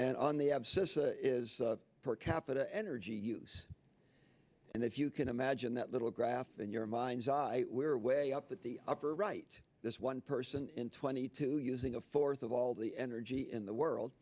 and on the abscissa is per capita energy use and if you can imagine that little graph in your mind's eye we're way up at the upper right this one person in twenty two using a fourth of all the energy in the world